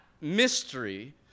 mystery